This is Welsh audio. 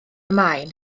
maen